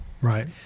Right